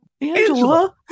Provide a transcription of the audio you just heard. Angela